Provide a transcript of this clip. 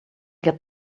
get